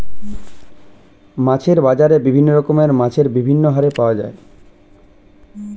মাছের বাজারে বিভিন্ন রকমের মাছ বিভিন্ন হারে পাওয়া যায়